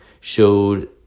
showed